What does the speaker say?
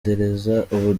dusigaye